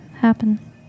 happen